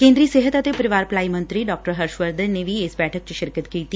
ਕੇਦਰ ਸਿਹਤ ਅਤੇ ਪਰਿਵਾਰ ਭਲਾਈ ਮੰਤਰੀ ਡਾ ਹਰਸ਼ਵਰਧ ਨੇ ਵੀ ਇਸ ਬੈਠਕ ਚ ਸ਼ਿਰਕਤ ਕੀਤੀ